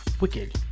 wicked